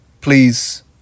please